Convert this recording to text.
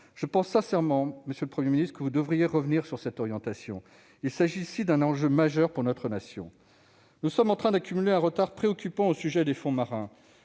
Je pense sincèrement que vous devriez revenir sur cette orientation. Il s'agit d'un enjeu majeur pour notre nation. Nous sommes en train d'accumuler un retard préoccupant au sujet des fonds marins.